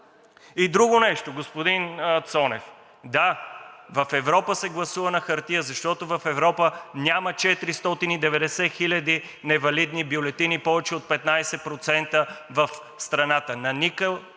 И друго нещо, господин Цонев. Да, в Европа се гласува на хартия, защото в Европа няма 490 хиляди невалидни бюлетини – повече от 15% в страната.